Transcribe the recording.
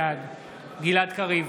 בעד גלעד קריב,